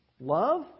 Love